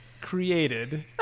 created